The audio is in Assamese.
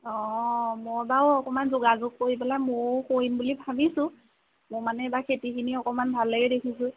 অঁ মই বাৰু অকণমান যোগাযোগ কৰি পেলাই ময়ো কৰিম বুলি ভাবিছোঁ মোৰ মানে এইবাৰ খেতিখিনি অলপ ভালেই দেখিছোঁ